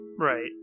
Right